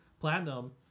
Platinum